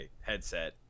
headset